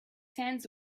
hands